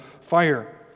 fire